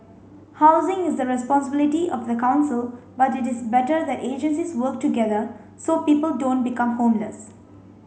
housing is the responsibility of the council but it is better that agencies work together so people don't become homeless